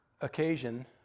occasion